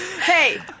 Hey